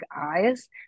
eyes